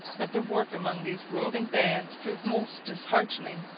but the work among these roving bands proved most disheartening,